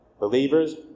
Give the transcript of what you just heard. Believers